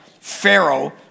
Pharaoh